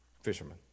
Fishermen